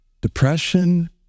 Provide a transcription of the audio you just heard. depression